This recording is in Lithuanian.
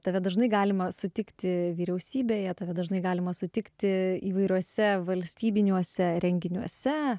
tave dažnai galima sutikti vyriausybėje tave dažnai galima sutikti įvairiuose valstybiniuose renginiuose